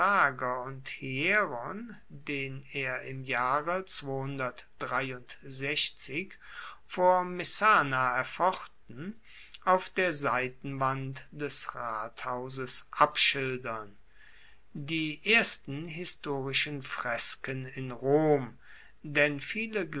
und hieron den er im jahre vor messana erfochten auf der seitenwand des rathauses abschildern die ersten historischen fresken in rom denn viele